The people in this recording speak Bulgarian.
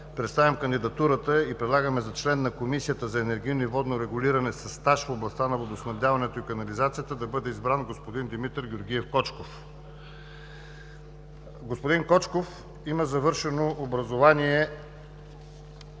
представям кандидатурата и предлагаме за член на Комисията за енергийно и водно регулиране със стаж в областта на водоснабдяването и канализацията да бъде избран господин Димитър Георгиев Кочков. Господин Кочков има завършено образование